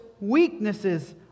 weaknesses